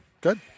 Good